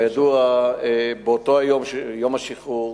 באותו היום, ביום השחרור,